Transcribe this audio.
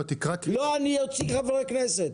אני אוציא חברי כנסת.